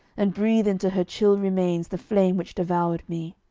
and breathe into her chill remains the flame which devoured me.